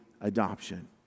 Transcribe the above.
adoption